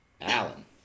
Alan